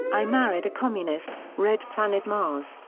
i married a communist, red planet mars,